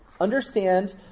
Understand